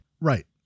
right